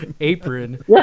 apron